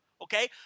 Okay